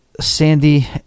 Sandy